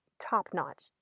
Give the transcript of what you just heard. top-notch